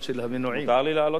מותר לי לעלות אחרי זה, לא?